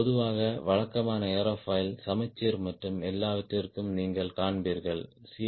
பொதுவாக வழக்கமான ஏரோஃபைல் சமச்சீர் மற்றும் எல்லாவற்றிற்கும் நீங்கள் காண்பீர்கள் சி